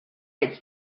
it’s